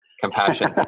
compassion